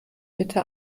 bitte